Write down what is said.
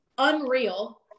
unreal